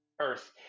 earth